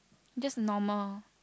just normal